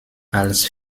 als